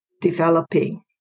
developing